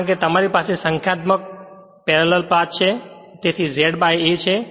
કારણ કે તમારી પાસે સંખ્યાબંધ પેરેલલ પાથ છે તેથી Z A છે